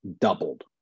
doubled